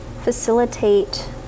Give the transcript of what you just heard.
facilitate